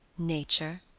nature.